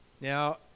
Now